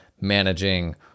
managing